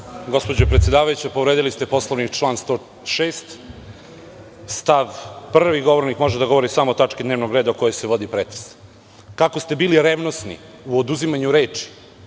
Gospođo predsedavajuća, povredili ste Poslovnik, član 106. stav 1. – govornik može da govori samo o tački dnevnog reda o kojoj se vodi pretres. Kako ste bili revnosni u oduzimanju reči